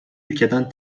ülkeden